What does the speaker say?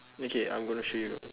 okay I'm going to show you